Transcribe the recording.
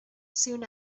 soon